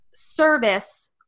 service